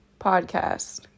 podcast